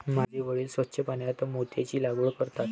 माझे वडील स्वच्छ पाण्यात मोत्यांची लागवड करतात